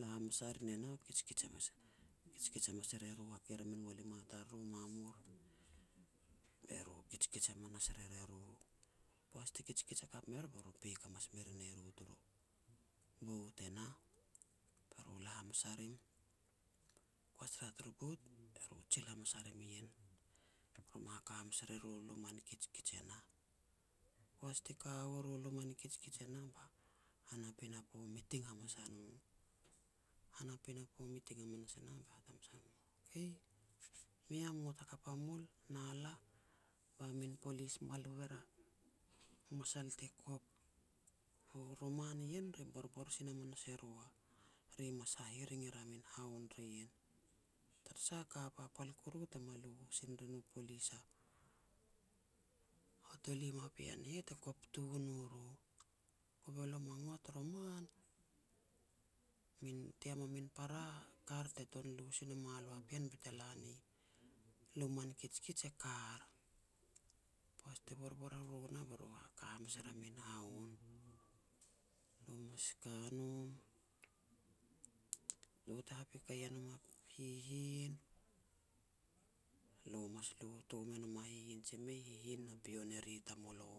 La hamas a rin e nah, kijkij hamas-kijkij hamas er e ru, hakei er a min walima tariru mamur, be ru kijkij hamanas rer e ru. Poaj te kijkij hakap me ru, be ru e peik hamas me rin e ru turu bout e nah, be ru la hamas a rim, kuas ria turu bout, be ru e jil hamas a rim ien, ru me haka hamas er e ru luma ni kijkij e nah. Poaj ti ka u ru luma ni kijkij e nah, ba han a pinapo miting hamas a no. Han a pinapo miting hamanas e nah be hat hamas a no, "Okay, mi am ngot hakap a mul, na lah ba min polis ma lui er a masal ti kop. Roman ien re borbor sin hamas e ru, ri e mas hahiring er a min haun ri ien, tara sah ka papal koru te ma lu sin rin u polis a-a tolim a pean ne heh ti kop tun u ru. Kove lo ma ngot i roman min team a min para kar te tuan lu sin e mua lo a pean bete la ni luma ni kijkij e kar". Poaj te borbor wariru nah be ru haka hamas er a min haun. Lo mas ka nom, lo te hapikei e nom a hihin, lo mas lu tom e nom a hihin, jia mei hihin na pio ne ri tamulo,